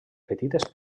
petites